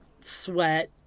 sweat